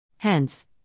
Hence